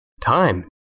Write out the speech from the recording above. Time